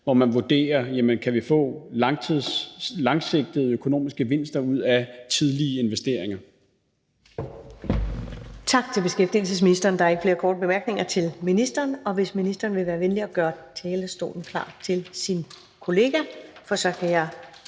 hvor man vurderer, om vi kan få langsigtede økonomiske gevinster ud af tidlige investeringer. Kl. 11:05 Første næstformand (Karen Ellemann): Tak til beskæftigelsesministeren. Der er ikke flere korte bemærkninger til ministeren. Hvis ministeren vil være venlig at gøre talerstolen klar til sin kollega, så kan jeg